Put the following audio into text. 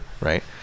right